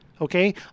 Okay